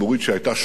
שהיתה שונה.